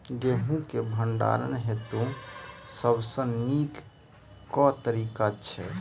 गेंहूँ केँ भण्डारण हेतु सबसँ नीक केँ तरीका छै?